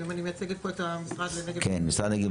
אני מייצגת פה את המשרד לנגב-גליל,